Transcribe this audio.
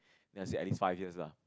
then I said at least five years lah